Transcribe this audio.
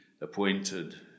appointed